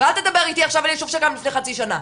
ואל תדבר איתי עכשיו על יישוב שקם לפני חצי שנה,